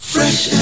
Fresh